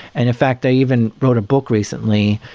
and in fact they even wrote a book recently,